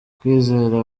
kwizera